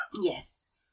Yes